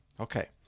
Okay